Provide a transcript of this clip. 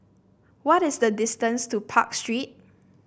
what is the distance to Park Street